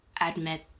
admit